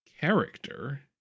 character